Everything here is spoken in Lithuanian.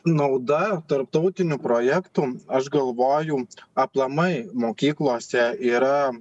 nauda tarptautinių projektų aš galvoju aplamai mokyklose yra